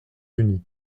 unis